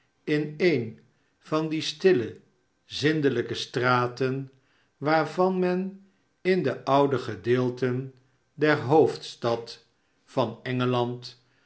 in een van die stille zindelijke straten waarvan men in de oude gedeelten der hoofdstad van engeland